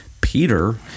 Peter